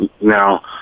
Now